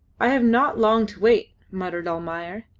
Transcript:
i have not long to wait, muttered almayer.